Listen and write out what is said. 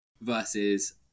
versus